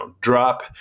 drop